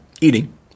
eating